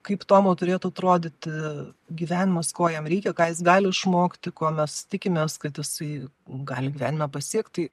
kaip tomo turėtų atrodyti gyvenimas ko jam reikia ką jis gali išmokti ko mes tikimės kad jisai gali gyvenime pasiekt tai